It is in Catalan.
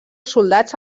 soldats